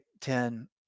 Ten